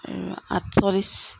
আঠচল্লিছ